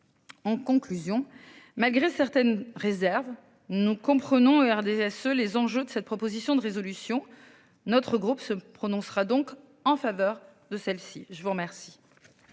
En conclusion, malgré certaines réserves. Nous comprenons RDSE les enjeux de cette proposition de résolution notre groupe se prononcera donc en faveur de celle-ci. Je vous remercie.